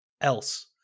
else